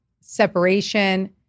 separation